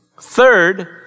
Third